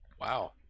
Wow